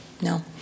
No